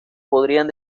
podrían